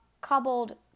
cobbled